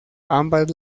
ambas